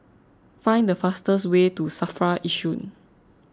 find the fastest way to Safra Yishun